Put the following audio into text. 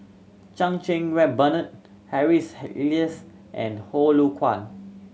Chan Cheng Wah Bernard Harry's Elias and